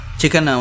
chicken